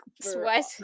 sweat